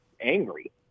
angry